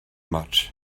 much